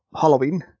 halloween